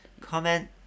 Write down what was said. comment